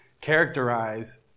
characterize